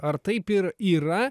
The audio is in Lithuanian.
ar taip ir yra